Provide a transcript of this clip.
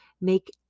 Make